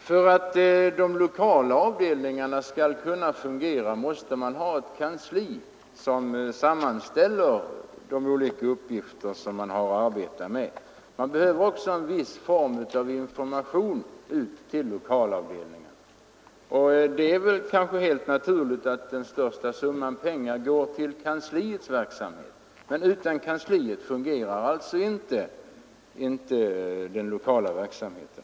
Herr talman! För att de lokala avdelningarna skall kunna fungera måste man ha ett kansli, som sammanställer de olika uppgifter man har att arbeta med. Man behöver också en viss form av information ut till lokalavdelningarna. Det är helt naturligt då att den största summan går till kansliets verksamhet, men utan kansliet fungerar inte den lokala verksamheten.